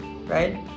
right